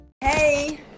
Hey